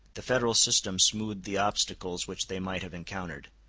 the federal system smoothed the obstacles which they might have encountered.